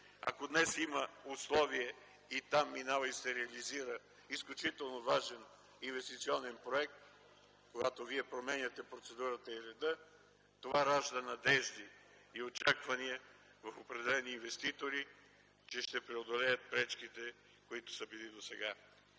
ако днес има условие и там минава и се реализира изключително важен инвестиционен проект, когато вие променяте процедурата и реда, това ражда надежди и очаквания в определени инвеститори, че ще преодолеят пречките, които са били досега.